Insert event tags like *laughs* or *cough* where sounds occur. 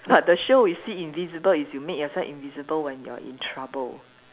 *laughs* the show we see invisible is you make yourself invisible when you are in trouble